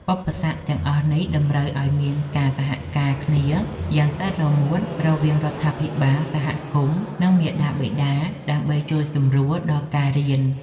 ឧបសគ្គទាំងអស់នេះតម្រូវឱ្យមានការសហការគ្នាយ៉ាងស្អិតរមួតរវាងរដ្ឋាភិបាល សហគមន៍ និង មាតាបិតា ដើម្បីជួយសម្រួលដល់ការរៀន។